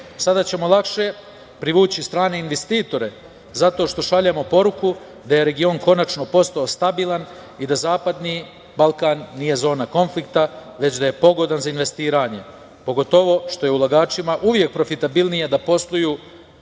Sada ćemo lakše privući strane investitore, zato što šaljemo poruku da je region konačno postao stabilan i da Zapadni Balkan nije zona konflikta, već da je pogodan za investiranje, pogotovo što je ulagačima uvek profitabilnije da posluju na tržištu